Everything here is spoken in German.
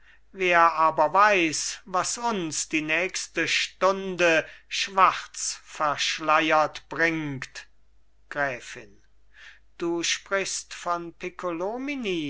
wer aber weiß was uns die nächste stunde schwarz verschleiert bringt gräfin du sprichst von